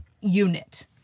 unit